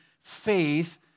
faith